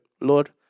Lord